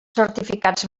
certificats